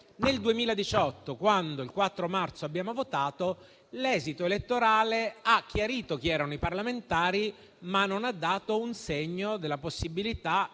nel 2018, quando il 4 marzo abbiamo votato, l'esito elettorale ha chiarito chi erano i parlamentari, ma non ha dato segno della possibilità di formare